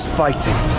fighting